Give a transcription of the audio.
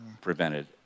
prevented